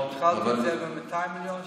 התחלנו את זה ב-200 מיליון שקל.